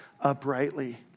uprightly